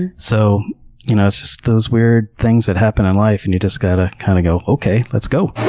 and so you know it's just those weird things that happen in life and you've just got to ah kind of go, okay, let's go!